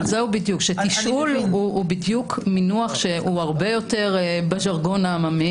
תשאול הוא בדיוק מינוח שהוא הרבה יותר בז'רגון העממי